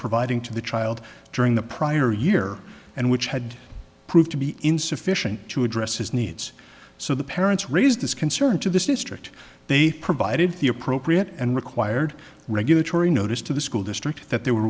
providing to the child during the prior year and which had proved to be insufficient to address his needs so the parents raised this concern to this district they provided the appropriate and required regulatory notice to the school district that they were